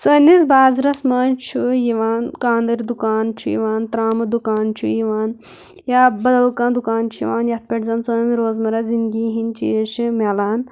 سٲنِس بازرس منٛز چھُ یِوان کاندٕرۍ دُکان چھُ یِوان ترامہٕ دُکان چھُ یِوان یا بَدل کانٛہہ دُکان چھُ یِوان یَتھ پٮ۪ٹھ زن سٲنۍ روز مَرہ زنٛدگی ہِنٛدۍ چیٖز چھِ میلان